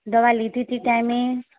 દવા લીધી હતી ટાઈમે